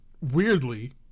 weirdly